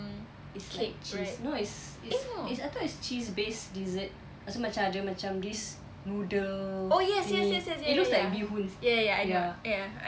it's like cheese no it's it's it's it's I thought it's cheese based dessert pastu macam ada macam this noodle thingy it looks like bee hoon ya